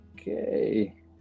Okay